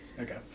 Okay